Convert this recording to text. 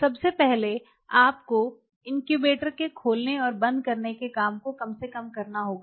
सबसे पहले आपको इनक्यूबेटर के खोलने और बंद करने को कम से कम करना होगा